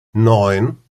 neun